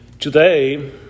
Today